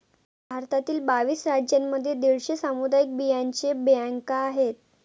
भारतातील बावीस राज्यांमध्ये दीडशे सामुदायिक बियांचे बँका आहेत